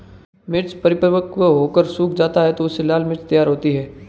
मिर्च परिपक्व होकर जब सूख जाता है तो उससे लाल मिर्च तैयार होता है